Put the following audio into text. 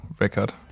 record